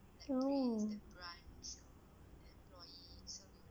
oh